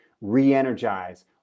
re-energize